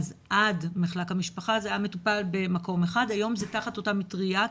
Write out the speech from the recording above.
אז עד מחלק המשפחה זה היה מטופל במקום אחד והיום זה תחת אותה המטרייה,